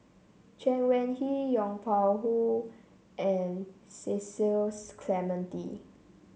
Chen Wen Hsi Yong Pung Hoo and Cecil Clementi